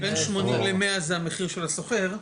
בין 80 ל-100 זה המחיר של הסוחר.